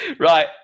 Right